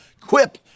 Quip